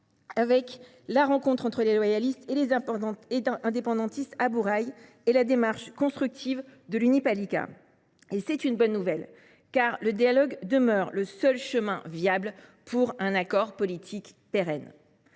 de la rencontre entre les loyalistes et les indépendantistes à Bourail et grâce à la démarche constructive de l’UNI Palika. C’est une bonne nouvelle, car le dialogue demeure le seul chemin viable pour parvenir à un accord politique pérenne.